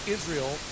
Israel